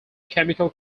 chemical